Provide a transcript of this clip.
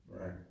Right